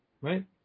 Right